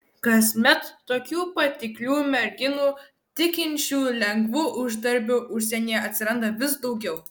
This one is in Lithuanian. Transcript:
kasmet tokių patiklių merginų tikinčių lengvu uždarbiu užsienyje atsiranda vis daugiau